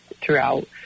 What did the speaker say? throughout